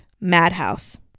madhouse